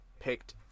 picked